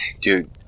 Dude